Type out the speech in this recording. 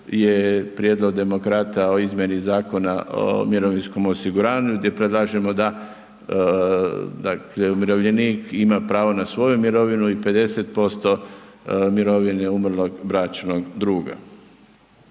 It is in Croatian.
je prijedlog demokrata o izmjeni Zakona o mirovinskom osiguranju gdje predlažemo da, dakle umirovljenik ima pravo na svoju mirovinu i 50% mirovine umrlog bračnog druga.